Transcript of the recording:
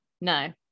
no